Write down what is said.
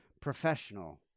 professional